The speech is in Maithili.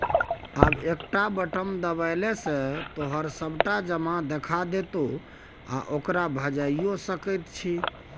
आब एकटा बटम देबेले सँ तोहर सभटा जमा देखा देतौ आ ओकरा भंजाइयो सकैत छी